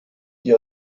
die